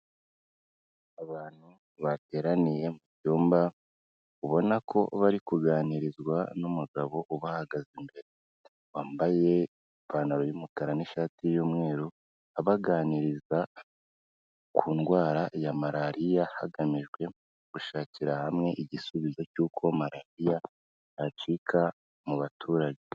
Abantu bateraniye mu cyumba, ubona ko bari kuganirizwa n'umugabo ubahagaze imbere. Wambaye ipantaro y'umukara n'ishati y'umweru, abaganiriza ku ndwara ya Malariya, hagamijwe gushakira hamwe igisubizo cy'uko Malariya yacika mu baturage.